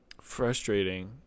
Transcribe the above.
Frustrating